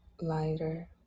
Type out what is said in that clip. lighter